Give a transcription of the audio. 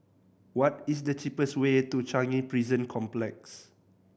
what is the cheapest way to Changi Prison Complex